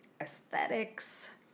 aesthetics